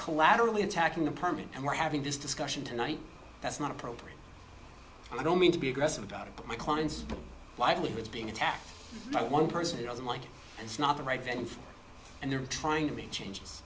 collaterally attacking the permit and we're having this discussion tonight that's not appropriate i don't mean to be aggressive about it but my clients livelihoods being attacked by one person who doesn't like that's not the right venue and they're trying to make changes